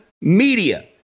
media